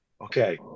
Okay